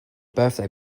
birthday